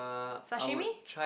sashimi